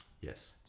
yes